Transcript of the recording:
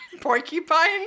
porcupine